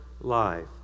life